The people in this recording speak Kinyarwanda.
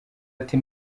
ati